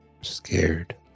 Scared